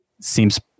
seems